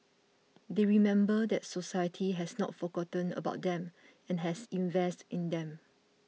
they remember that society has not forgotten about them and has invested in them